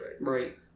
Right